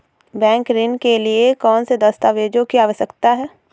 Bank ऋण के लिए कौन से दस्तावेजों की आवश्यकता है?